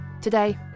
today